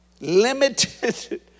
limited